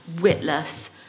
Witless